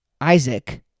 isaac